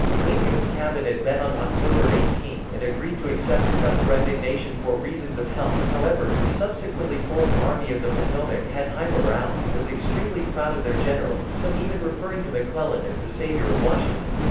lincoln's cabinet met on october eighteen and agreed to accept scott's resignation for reasons of health however, the subsequently formed army of the potomac had high morale and was extremely proud of their general, some even referring to mcclellan as the saviour of washington.